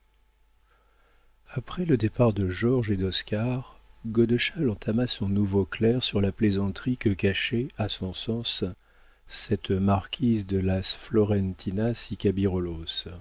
après le départ de georges et d'oscar godeschal entama son nouveau clerc sur la plaisanterie que cachait à son sens cette marquise de las florentinas